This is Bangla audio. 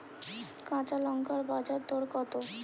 কাঁচা লঙ্কার বাজার দর কত?